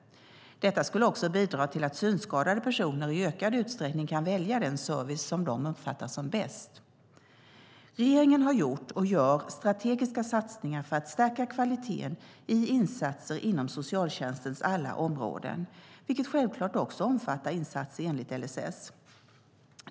Detta skulle också bidra till att synskadade personer i ökad utsträckning kan välja den service som de uppfattar som bäst. Regeringen har gjort och gör strategiska satsningar för att stärka kvaliteten i insatser inom socialtjänstens alla områden, vilket självklart också omfattar insatser enligt LSS.